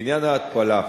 לעניין ההתפלה,